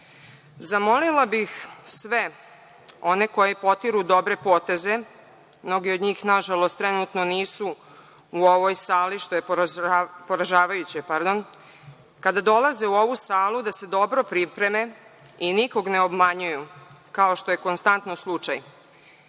spremaju. Zamolila bih sve one koji potiru dobre poteze, mnogi od njih nažalost trenutno nisu u ovoj sali, što je poražavajuće, kada dolaze u ovu salu da se dobro pripreme i nikoga ne obmanjuju, kao što je konstantno slučaj.